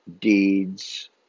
deeds